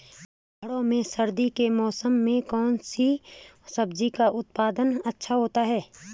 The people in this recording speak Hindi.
पहाड़ों में सर्दी के मौसम में कौन सी सब्जी का उत्पादन अच्छा होता है?